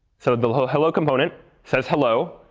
so the hello component says hello,